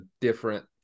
different